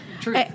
True